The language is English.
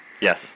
yes